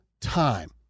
time